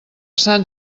sant